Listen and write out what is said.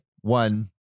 one